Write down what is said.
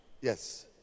Yes